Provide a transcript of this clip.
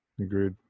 Agreed